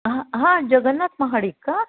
हां हां जगन्नाथ महाडिक का